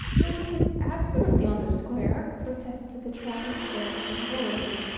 but if it's absolutely on the square protested the traveling salesman, worriedly,